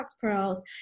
Pearls